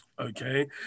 Okay